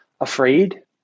afraid